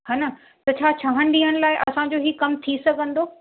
हा न त छहनि ॾींहंनि लाइ असांजो ई कमु थी सघंदो